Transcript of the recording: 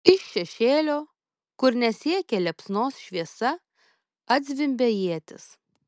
iš šešėlio kur nesiekė liepsnos šviesa atzvimbė ietis